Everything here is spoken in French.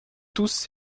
tous